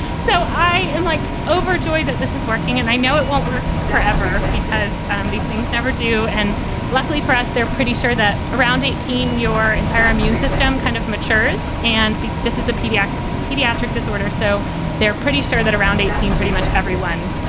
so i am like, overjoyed that this is working and i know it won't work forever because these things never do. and luckily for us, they're pretty sure that around eighteen, your entire immune system kind of matures. and but this is the pediatric pediatric disorder. so they're pretty sure that around eighteen, pretty much everyone